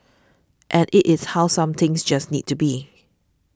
and it is how some things just need to be